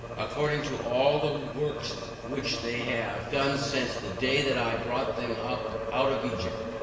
according to all the works which they have done since the day that i brought them up out of egypt,